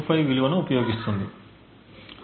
25 విలువను ఉపయోగిస్తుంది